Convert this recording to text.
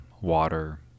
water